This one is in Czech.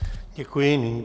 Děkuji.